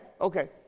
okay